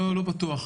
לא בטוח.